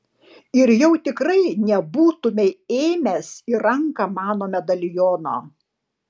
ir jau tikrai nebūtumei ėmęs į ranką mano medaliono